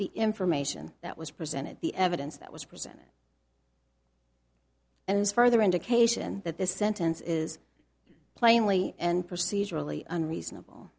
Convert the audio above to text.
the information that was presented the evidence that was presented and as further indication that the sentence is plainly and procedurally unreasonable